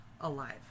alive